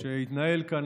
שהתנהל כאן,